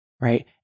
Right